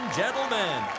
gentlemen